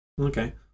Okay